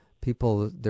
People